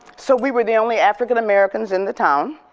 so we were the only african americans in the town,